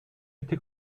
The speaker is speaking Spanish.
este